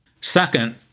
Second